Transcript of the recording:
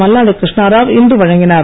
மல்லாடி கிருஷ்ணாராவ் இன்று வழங்கினார்